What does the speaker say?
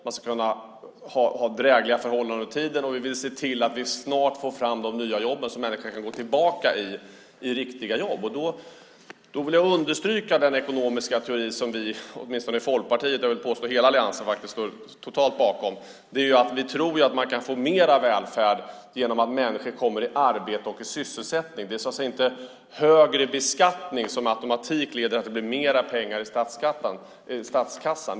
Man ska kunna ha drägliga förhållanden under tiden, och vi vill se till att vi snart får fram de nya jobben så att människor kan gå tillbaka till riktiga jobb. Jag vill understryka den ekonomiska teori som åtminstone vi i Folkpartiet och, vill jag påstå, hela alliansen står helt bakom, nämligen att vi tror att man kan få mer välfärd genom att människor kommer i arbete och sysselsättning. Det är så att säga inte högre beskattning som med automatik leder till att det blir mer pengar i statskassan.